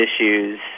issues